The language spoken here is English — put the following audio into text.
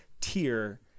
tier